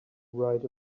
write